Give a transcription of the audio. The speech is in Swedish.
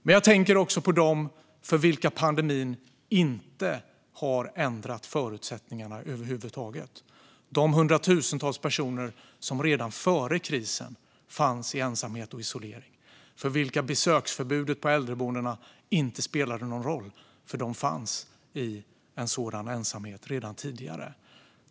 Men jag tänker också på dem för vilka pandemin inte har ändrat förutsättningarna över huvud taget, de hundratusentals personer som redan före krisen fanns i ensamhet och isolering och för vilka besöksförbudet på äldreboendena inte spelade någon roll eftersom de fanns i en sådan ensamhet redan tidigare.